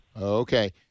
Okay